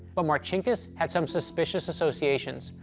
but marcinkus had some suspicious associations.